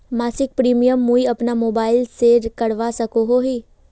मासिक प्रीमियम मुई अपना मोबाईल से करवा सकोहो ही?